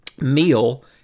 meal